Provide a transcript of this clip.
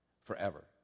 forever